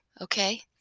okay